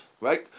right